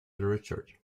richard